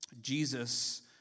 Jesus